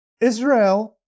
Israel